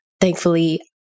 Thankfully